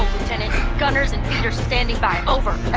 lieutenant gunners and feeders standing by, over ah